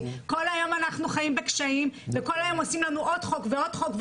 כל היום אנחנו חיים בקשיים וכל היום עושים לנו עוד חוק ועוד חוק,